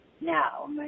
Now